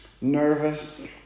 Nervous